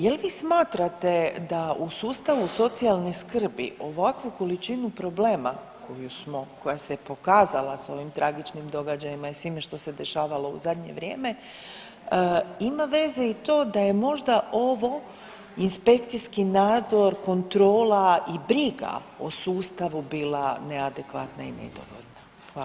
Jel' vi smatrate da u sustavu socijalne skrbi ovakvu količinu problema koja se pokazala sa ovim tragičnim događajima i svime što se dešavalo u zadnje vrijeme ima veze i to da je možda ovo inspekcijski nadzor, kontrola i briga o sustavu bila neadekvatna i nedovoljna?